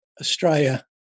Australia